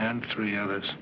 and three others